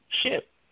ship